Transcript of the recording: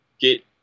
get